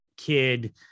kid